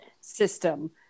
system